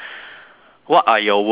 what are your worries